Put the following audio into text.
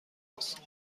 است